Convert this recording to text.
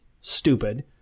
Stupid